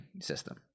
system